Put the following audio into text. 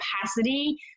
capacity